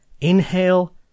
inhale